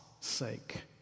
sake